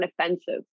offensive